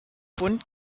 bunt